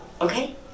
Okay